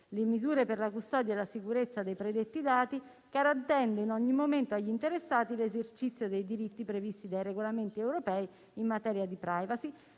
le misure per la custodia e la sicurezza dei predetti dati, garantendo in ogni momento agli interessati l'esercizio dei diritti previsti dai regolamenti europei in materia di *privacy,*